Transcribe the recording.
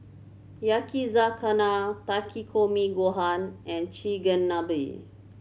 Yakizakana Takikomi Gohan and Chigenabe